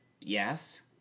yes